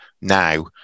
now